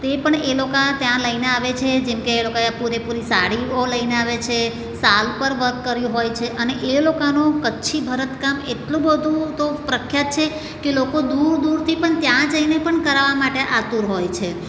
તે પણ એ લોકો ત્યાં લઈને આવે છે જેમકે એ લોકાએ પૂરેપૂરી સાડીઓ લઈને આવે છે સાલ પર વર્ક કર્યું હોય છે અને એ લોકાનો કચ્છી ભરતકામ એટલું બધું તો પ્રખ્યાત છે કે લોકો દૂર દૂરથી પણ ત્યાં જઈને પણ કરાવવા માટે આતુર હોય છે